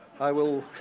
i will